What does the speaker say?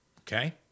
Okay